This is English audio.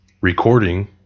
recording